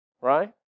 Right